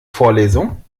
vorlesung